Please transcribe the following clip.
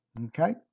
Okay